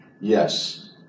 Yes